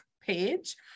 page